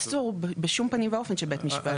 אסור בשום פנים ואופן שבית משפט ייחשף.